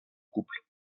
couple